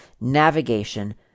navigation